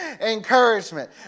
Encouragement